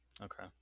Okay